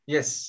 Yes